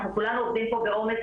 אנחנו כולנו עובדים פה בעומס